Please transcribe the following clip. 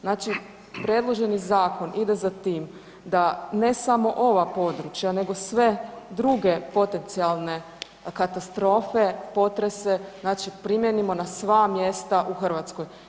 Znači predloženi zakon ide za tim da ne samo ova područja nego sve druge potencijalne katastrofe, potrese, znači primijenimo na sva mjesta u Hrvatskoj.